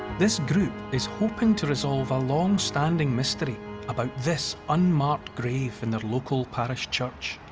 this group is hoping to resolve a long-standing mystery about this unmarked grave in their local parish church.